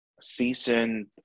seasoned